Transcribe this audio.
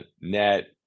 net